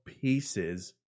pieces